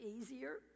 easier